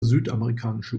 südamerikanische